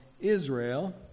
Israel